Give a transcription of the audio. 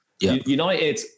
United